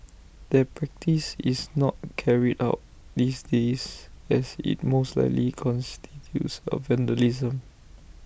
that practice is not carried out these days as IT most likely constitutes A vandalism